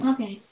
Okay